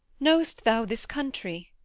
know'st thou this country?